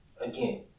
again